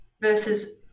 versus